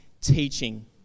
teaching